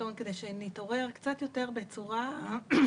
בעיתון כדי שנתעורר קצת יותר בצורה חריפה: